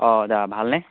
অঁ দাদা ভালনে